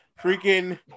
freaking